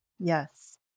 Yes